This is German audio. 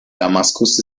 damaskus